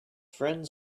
friends